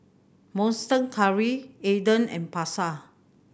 Monster Curry Aden and Pasar